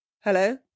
Hello